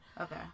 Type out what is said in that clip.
Okay